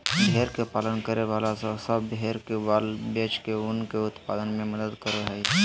भेड़ के पालन करे वाला सब भेड़ के बाल बेच के ऊन के उत्पादन में मदद करो हई